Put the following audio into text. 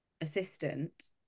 assistant